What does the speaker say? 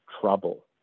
trouble